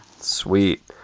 Sweet